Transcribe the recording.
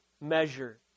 measure